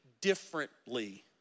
differently